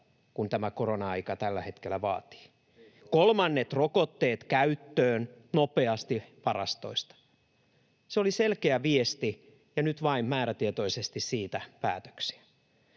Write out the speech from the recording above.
kuin tämä korona-aika tällä hetkellä vaatii. Kolmannet rokotteet käyttöön nopeasti varastoista — se oli selkeä viesti, ja nyt vain määrätietoisesti siitä päätöksiä.